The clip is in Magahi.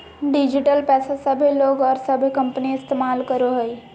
डिजिटल पैसा सभे लोग और सभे कंपनी इस्तमाल करो हइ